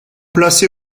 placé